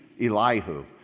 Elihu